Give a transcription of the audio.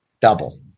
double